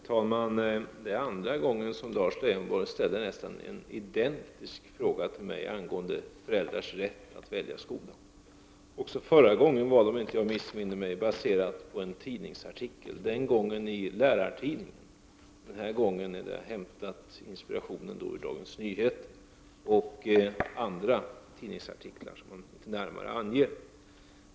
Herr talman! Två gånger har Lars Leijonborg ställt nästan identiska frågor till mig angående föräldrars rätt att välja skola. Också förra gången var frågan, om jag inte missminner mig, baserad på en tidningsartikel. Den gången gällde det en lärartidning. Den här gången är inspirationen hämtad från artiklar i Dagens Nyheter och andra tidningsartiklar som Lars Leijonborg inte närmare anger.